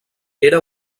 era